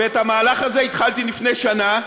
ואת המהלך הזה התחלתי לפני שנה,